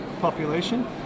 population